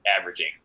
averaging